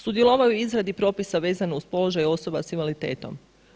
Sudjelovao je u izradi propisa vezano uz položaj osoba s invaliditetom.